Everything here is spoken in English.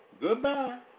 Goodbye